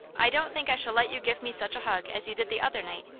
i don't think i shall let you give me such a hug as you did the other night,